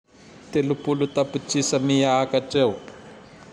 Telopolo tapitrisa miakatr eo.